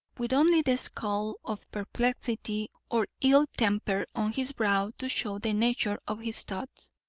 with only the scowl of perplexity or ill-temper on his brow to show the nature of his thoughts.